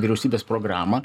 vyriausybės programą